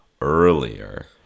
earlier